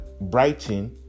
Brighton